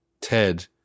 Ted